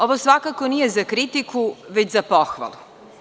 Ovo svakako nije za kritiku, već za pohvalu.